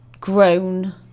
grown